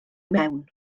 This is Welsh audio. mewn